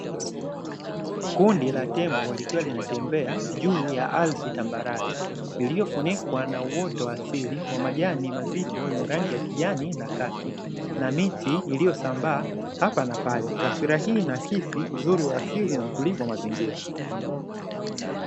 Kundi la tembo likiwa linatembea juu ya ardhi tambarare iliyofunikwa na uoto wa asili wa majani mazito yenye rangi ya kijani na kaki na miti iliyosambaa hapa na pale, taswira hii inaakisi uzuri wa asili na utulivu wa mazingira.